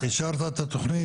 אתה אומר לי אישרת את התכנית?